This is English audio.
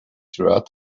throughout